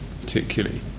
particularly